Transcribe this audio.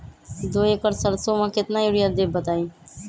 दो एकड़ सरसो म केतना यूरिया देब बताई?